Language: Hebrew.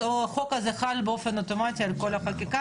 החוק הזה חל אוטומטית על כל החקיקה,